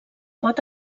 pot